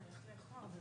בעיקרון הכנסת,